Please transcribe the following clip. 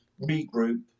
regroup